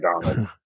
Donald